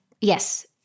yes